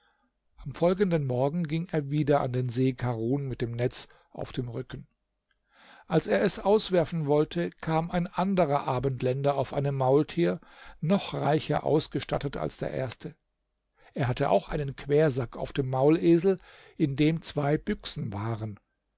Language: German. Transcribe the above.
am folgenden morgen ging er wieder an den see karun mit dem netz auf dem rücken als er es auswerfen wollte kam ein anderer abendländer auf einem maultier noch reicher ausgestattet als der erste er hatte auch einen quersack auf dem maulesel in dem zwei büchsen waren